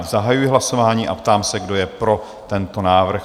Zahajuji hlasování a ptám se, kdo je pro tento návrh?